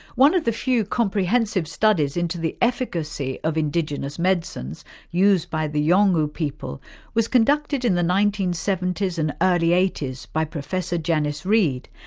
one of the few comprehensive studies into the efficacy of indigenous medicines used by the yolngu people was conducted in the nineteen seventy s and early eighty s by professor janice reid,